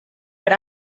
per